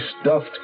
stuffed